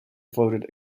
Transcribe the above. voted